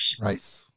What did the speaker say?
Right